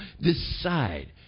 decide